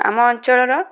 ଆମ ଅଞ୍ଚଳର